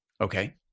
Okay